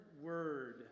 word